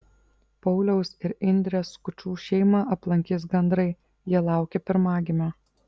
pauliaus ir indrės skučų šeimą aplankys gandrai jie laukia pirmagimio